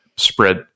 spread